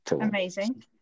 Amazing